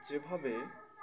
যেভাবে